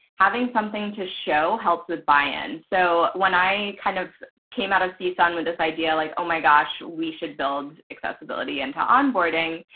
having something to show helps with buy-in. so when i kind of came out of csun with this idea like, oh, my gosh, we should build accessibility into onboarding.